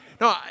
No